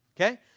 Okay